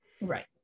Right